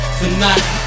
tonight